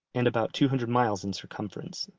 and about two hundred miles in circumference,